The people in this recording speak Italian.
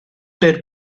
per